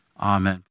Amen